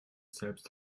selbst